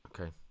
okay